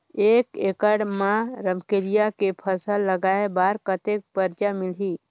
एक एकड़ मा रमकेलिया के फसल लगाय बार कतेक कर्जा मिलही?